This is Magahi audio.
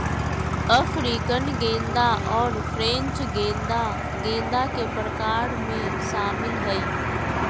अफ्रीकन गेंदा और फ्रेंच गेंदा गेंदा के प्रकार में शामिल हइ